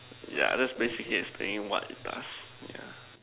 yeah that's basically explaining what it does yeah